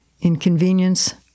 inconvenience